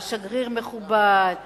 שגריר מכובד,